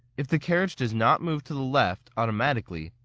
if the carriage does not move to the left automatically,